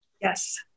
Yes